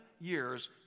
years